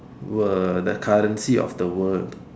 were the currency of the world